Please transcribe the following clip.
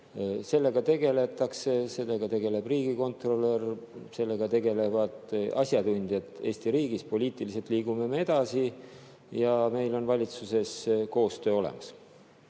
sellega tegeletakse. Sellega tegeleb riigikontrolör, sellega tegelevad asjatundjad Eesti riigis. Poliitiliselt liigume me edasi ja meil on valitsuses koostöö olemas.